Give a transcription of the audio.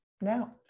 now